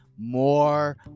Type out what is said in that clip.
more